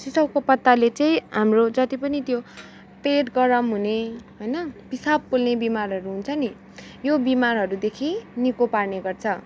सिसाउको पत्ताले चाहिँ हाम्रो जति पनि त्यो पेट गरम हुने होइन पिसाब पोल्ने बिमारहरू हुन्छ नि यो बिमारहरूदेखि निको पार्ने गर्छ